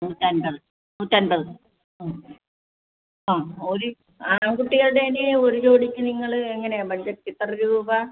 നൂറ്റൻപത് നൂറ്റൻപത് ആ ഒരു ആൺകുട്ടികളുടേതിന് ഒരു ജോഡിക്ക് നിങ്ങൾ എങ്ങനെയാണ് ബഡ്ജറ്റ് എത്ര രൂപ